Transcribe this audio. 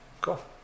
Cool